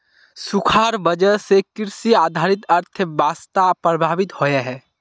सुखार वजह से कृषि आधारित अर्थ्वैवास्था प्रभावित होइयेह